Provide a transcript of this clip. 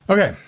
Okay